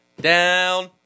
down